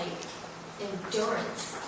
endurance